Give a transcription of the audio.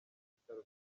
bitaro